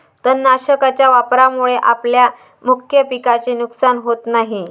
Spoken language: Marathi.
तणनाशकाच्या वापरामुळे आपल्या मुख्य पिकाचे नुकसान होत नाही